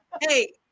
Hey